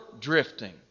drifting